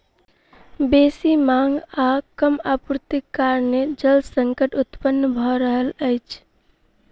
बेसी मांग आ कम आपूर्तिक कारणेँ जल संकट उत्पन्न भ रहल अछि